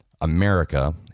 America